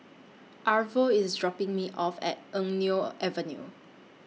Arvo IS dropping Me off At Eng Neo Avenue